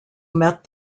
met